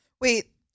Wait